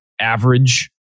average